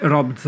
Rob